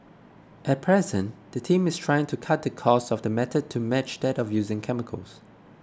at present the team is trying to cut the cost of the method to match that of using chemicals